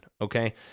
okay